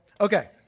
Okay